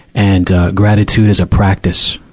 and, ah, gratitude is a practice.